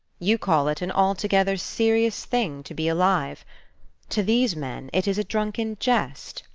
you call it an altogether serious thing to be alive to these men it is a drunken jest,